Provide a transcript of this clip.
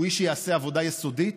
הוא איש שיעשה עבודה יסודית,